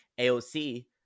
AOC